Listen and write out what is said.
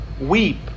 weep